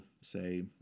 say